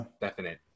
definite